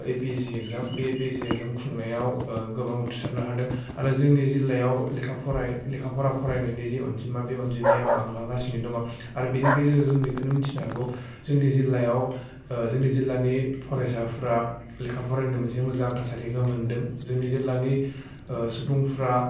APSC exam बे APSC exam खुंनायाव गोबां उथ्रिसारनो हादों आरो जोंनि जिल्लायाव लेखा फराय लेखा फरा फरायनायनि जि अनजिमा बे अनजिमाया बांलांगासिनो दङ आरो बेनि गेजेरजों बिखौनो मिथिनो हागौ जोंनि जिल्लायाव जोंनि जिल्लानि फरायसाफ्रा लेखा फरायनो मोनसे मोजां थासारिखौ मोन्दों जोंनि जिल्लानि सुबुंफ्रा